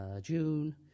June